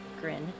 grin